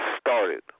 started